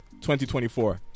2024